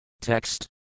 Text